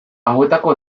hauetako